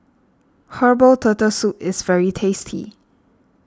Herbal Turtle Soup is very tasty